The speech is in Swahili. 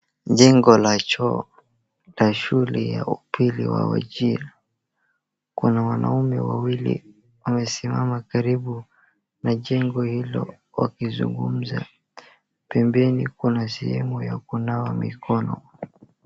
Jengo la choo la shule ya upili wa Wajir. Kuna wanume wawili wamesimama karibu na jengo hilo wakizungumza. Pembeni kuna sehemu ya kunawa mikono.